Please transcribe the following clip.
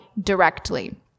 directly